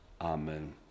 Amen